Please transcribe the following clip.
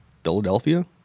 Philadelphia